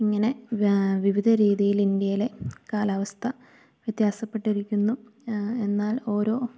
ഇങ്ങനെ വിവിധ രീതിയിൽ ഇന്ത്യയിലെ കാലാവസ്ഥ വ്യത്യാസപ്പെട്ടിരിക്കുന്നു എന്നാൽ ഓരോ